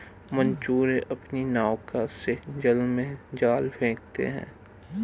मछुआरे अपनी नौका से जल में जाल फेंकते हैं